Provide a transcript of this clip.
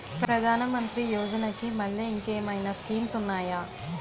ప్రధాన మంత్రి యోజన కి మల్లె ఇంకేమైనా స్కీమ్స్ ఉన్నాయా?